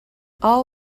all